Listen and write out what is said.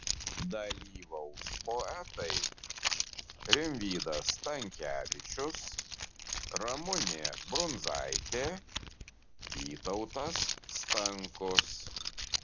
dalyvaus poetai rimvydas stankevičius ramunė brundzaitė vytautas stankus